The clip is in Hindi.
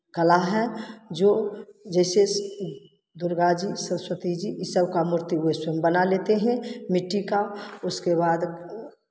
कला है जो जैसे दुर्गा जी सरस्वती जी ये सब का मूर्ति वैसे हम बना लेते हैं मिट्टी का उसके बाद